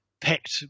picked